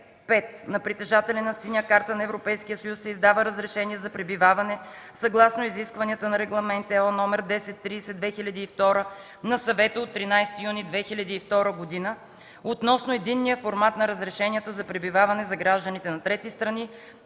На притежателя на синя карта на ЕС, се издава разрешение за пребиваване съгласно изискванията на Регламент (ЕО) № 1030/2002 на Съвета от 13 юни 2002 г. относно единния формат на разрешенията за пребиваване за гражданите на трети страни,